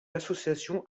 association